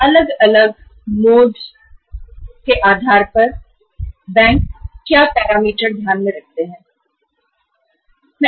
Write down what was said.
बैंकों द्वारा अलग अलग आधार मोड अथवा पैरामीटर कैसे ध्यान में लिए जाते हैं और यह सब कैसे होता है